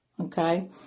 okay